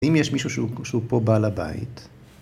‫ואם יש מישהו שהוא... שהוא פה בעל הבית...